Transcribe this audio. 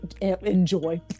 enjoy